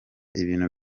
ibintu